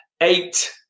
eight